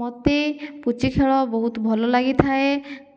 ମୋତେ ପୁଚି ଖେଳ ବହୁତ ଭଲ ଲାଗିଥାଏ